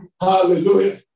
Hallelujah